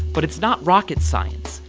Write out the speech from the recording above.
but it's not rocket science.